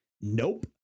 Nope